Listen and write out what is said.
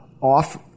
off